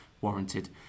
warranted